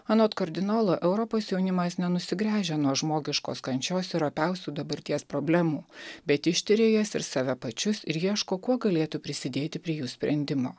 anot kardinolo europos jaunimas nenusigręžia nuo žmogiškos kančios ir opiausių dabarties problemų bet ištiria jas ir save pačius ir ieško kuo galėtų prisidėti prie jų sprendimo